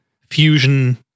Fusion